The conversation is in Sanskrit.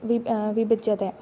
विब् विभज्यते